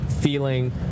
feeling